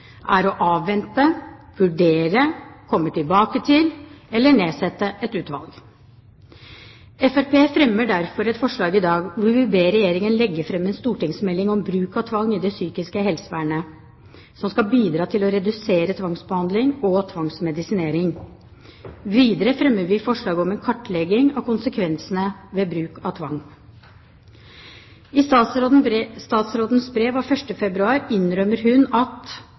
er å avvente, vurdere, komme tilbake til eller nedsette et utvalg. Fremskrittspartiet fremmer derfor et forslag i dag, hvor vi ber Regjeringen legge fram en stortingsmelding om bruk av tvang i det psykiske helsevernet som skal bidra til å redusere tvangsbehandling og tvangsmedisinering. Videre fremmer vi forslag om en kartlegging av konsekvensene ved bruk av tvang. I statsrådens brev av 1. februar 2010 innrømmer hun at